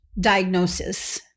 diagnosis